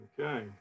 okay